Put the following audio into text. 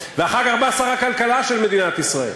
ואחר כך בא שר הכלכלה של מדינת ישראל,